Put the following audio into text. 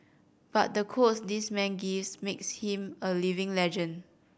but the quotes this man gives makes him a living legend